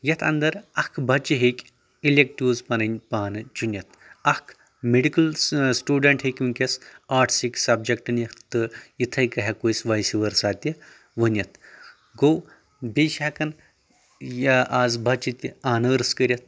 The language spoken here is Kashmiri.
یتھ انٛدر اکھ بچہِ ہٮ۪کہِ اِلٮ۪کٹیٚوز پنٕنۍ پانہٕ چُنِتھ اکھ میٖڈکل سٹوٗڈنٛٹ ہٮ۪کہِ ؤنکیٚس آٹٕسٕک سبجکٹ نِتھ تہٕ یِتھٕے کٔنۍ ہٮ۪کو أسۍ وایسہِ ؤرسا تہِ ؤنِتھ گوٚو بیٚیہِ چھِ ہٮ۪کان یا آز بچہِ تہِ آنٲرٕس کٔرتھ